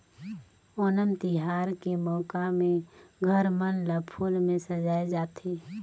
ओनम तिहार के मउका में घर मन ल फूल में सजाए जाथे